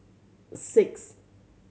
six